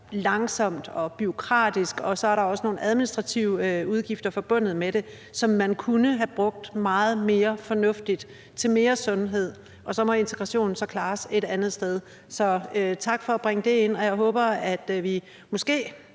langsomt og bureaukratisk, og så er der også nogle administrative udgifter forbundet med det, som man kunne have brugt meget mere fornuftigt til mere sundhed, og så må integrationen klares et andet sted. Så tak for at bringe det herind, og jeg håber, at vi måske